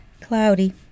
Cloudy